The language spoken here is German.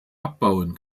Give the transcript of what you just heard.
abbauen